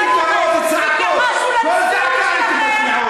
התייחסנו לצביעות שלכם,